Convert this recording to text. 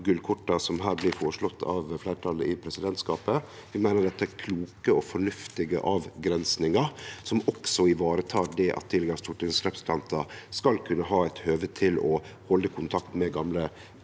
gullkorta som her blir føreslått av fleirtalet i presidentskapet. Vi meiner dette er kloke og fornuftige avgrensingar som også varetek det at tidlegare stortingsrepresentantar skal kunne ha høve til å halde kontakt med gamle